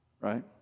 right